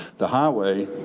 the highway